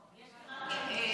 יש לי בקשה.